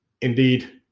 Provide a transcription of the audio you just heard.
Indeed